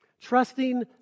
Trusting